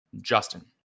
Justin